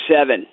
Seven